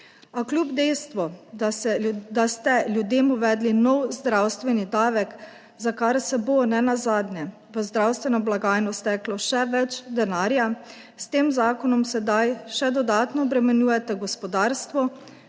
kljub dejstvu, da ste ljudem uvedli nov zdravstveni davek, za kar se bo nenazadnje v zdravstveno blagajno steklo še več denarja, s tem zakonom sedaj še dodatno obremenjujete gospodarstvo,